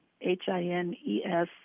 H-i-n-e-s